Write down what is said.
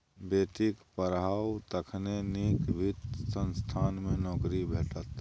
बेटीक पढ़ाउ तखने नीक वित्त संस्थान मे नौकरी भेटत